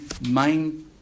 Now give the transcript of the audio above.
main